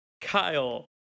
Kyle